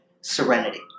serenity